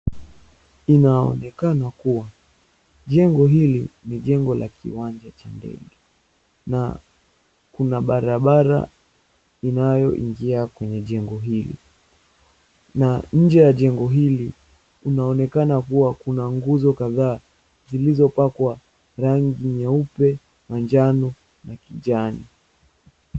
Inaonekana kuwa jengo hili ni jengo la kiwanja cha ndege na kuna barabara inayoingia kwenye jengo hili na nje ya jengo hili kunaonekana kuwa kuna nguzo kadhaa zilizopakwa rangi nyeupe, manjano na kijani.